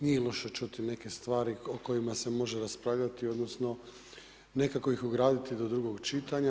Nije loše čuti neke stvari o kojima se može raspravljati odnosno nekako ih ugraditi do drugog čitanja.